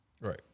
Right